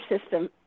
system